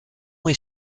est